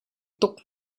tuk